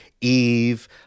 Eve